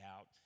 out